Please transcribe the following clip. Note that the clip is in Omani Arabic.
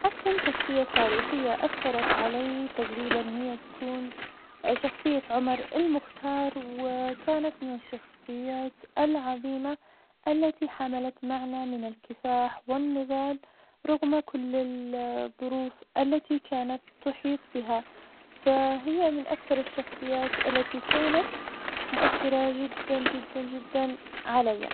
أقدم شخصية تاريخية أثرت علي, هي تقريباً هي بتكون, شخصية عمر المختار, و كانت من الشخصيات العظيمة التي حملت معنى من الكفاح والنضالو رغم كل ال ظروف, التي كانت تحيط بها, فهي من أكثر الشخصيات التي كانت مؤثرة جداً جداً عليا.